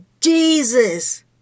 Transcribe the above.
Jesus